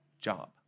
job